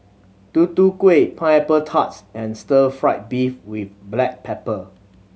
Tutu Kueh pineapple tarts and stir fried beef with black pepper